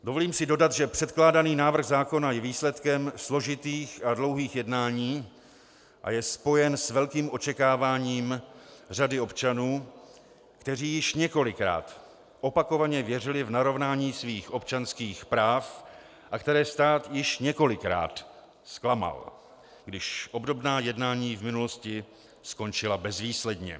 Dovolím si dodat, že předkládaný návrh zákona je výsledkem složitých a dlouhých jednání a je spojen s velkým očekáváním řady občanů, kteří již několikrát opakovaně věřili v narovnání svých občanských práv a které stát již několikrát zklamal, když obdobná jednání v minulosti skončila bezvýsledně.